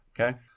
Okay